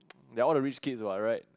they're all the rich kids what right